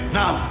now